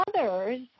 others